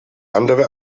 andere